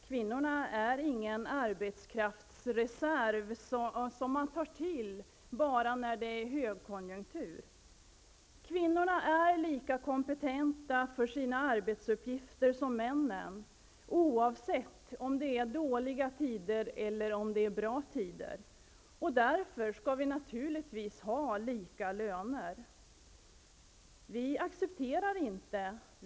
Kvinnorna är ingen arbetskraftsreserv som man kan ta till bara när det är högkonjunktur. Kvinnorna är lika kompetenta för sina arbetsuppgifter som männen oavsett om det är dåliga tider eller om det är bra tider. Därför skall naturligtvis kvinnor och män ha lika löner.